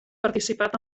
participat